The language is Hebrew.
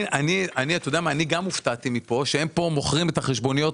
גם אני הופתעתי שהם כאן מוכרים את החשבוניות